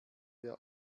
der